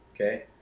okay